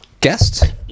guest